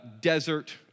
desert